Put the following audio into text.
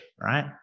right